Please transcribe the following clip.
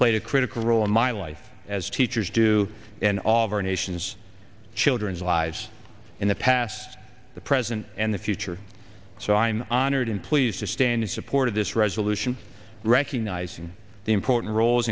played a critical role in my life as teachers do in all of our nation's children's lives in the past the present and the future so i'm honored and pleased to stand in support of this resolution recognizing the important roles